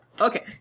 Okay